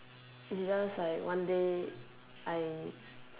is just like one day I